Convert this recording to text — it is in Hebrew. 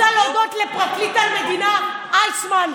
אני רוצה להודות לפרקליט המדינה איסמן,